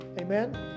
Amen